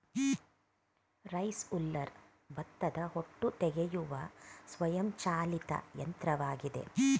rice huller ಭತ್ತದ ಹೊಟ್ಟು ತೆಗೆಯುವ ಸ್ವಯಂ ಚಾಲಿತ ಯಂತ್ರವಾಗಿದೆ